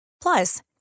Plus